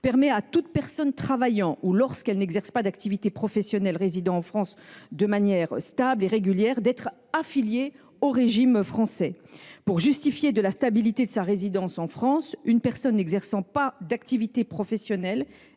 permet à toute personne travaillant en France ou, si elle n’exerce pas d’activité professionnelle, à toute personne résidant en France de manière stable et régulière d’être affiliée au régime français. Pour justifier de la stabilité de sa résidence en France, une personne n’exerçant pas d’activité professionnelle